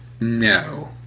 no